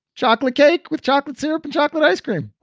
chocolate cake with chocolate syrup and chocolate ice cream?